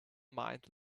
mind